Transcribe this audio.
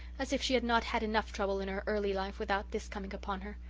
as if she had not had enough trouble in her early life without this coming upon her!